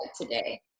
today